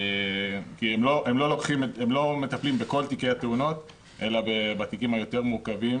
כי הם לא מטפלים בכל תיקי התאונות אלא בתיקים היותר מורכבים